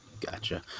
Gotcha